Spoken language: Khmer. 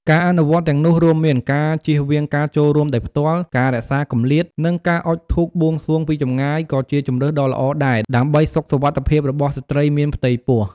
ការអនុវត្តទាំងនោះរួមមាន ការជៀសវាងការចូលរួមដោយផ្ទាល់ ការរក្សាគម្លាត និងការអុជធូបបួងសួងពីចម្ងាយ ក៏ជាជម្រើសដ៏ល្អដែរ ដើម្បីសុខសុវត្ថិភាពរបស់ស្ត្រីមានផ្ទៃពោះ។